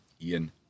Ian